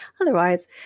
otherwise